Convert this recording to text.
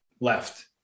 left